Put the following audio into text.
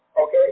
Okay